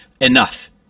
enough